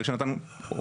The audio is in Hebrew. ברגע שאתה גורם